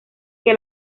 que